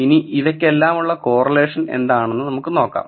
ഇനി ഇവയ്ക്കെല്ലാമുള്ള കോറിലേഷൻ എന്താണെന്ന് നമുക്ക് നോക്കാം